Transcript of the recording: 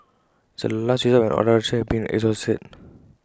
it's A last resort when all other options have been exhausted